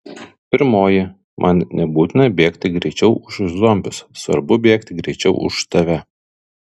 pirmoji man nebūtina bėgti greičiau už zombius svarbu bėgti greičiau už tave